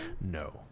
No